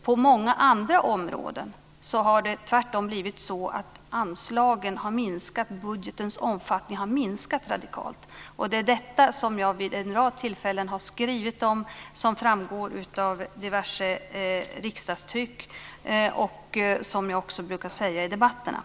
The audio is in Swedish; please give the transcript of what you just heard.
På många andra områden har det tvärtom blivit så att anslagen har minskat dvs. budgetens omfattning har minskat radikalt. Det är detta som jag vid en rad tillfällen har skrivit om, som framgår av diverse riksdagstryck, och som jag har sagt i debatterna.